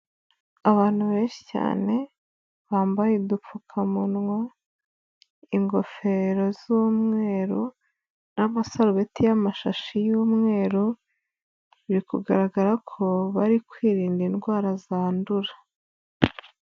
Abantu benshi cyane bambaye udupfukamunwa, ingofero z'umweru n'amasarubeti y'amashashi y'umweru, biri kugaragara ko bari kwirinda indwara zandura.